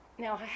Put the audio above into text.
Now